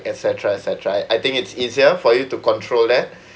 et cetera et cetera I I think it's easier for you to control that